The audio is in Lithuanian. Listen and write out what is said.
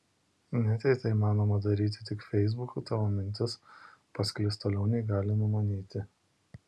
net jei tai įmanoma daryti tik feisbuku tavo mintis pasklis toliau nei gali numanyti